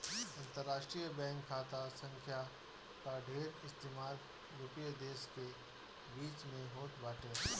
अंतरराष्ट्रीय बैंक खाता संख्या कअ ढेर इस्तेमाल यूरोपीय देस के बीच में होत बाटे